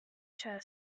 chair